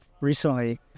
recently